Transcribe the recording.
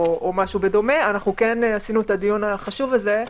כן עשינו את הדיון החשוב הזה.